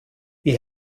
wie